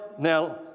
Now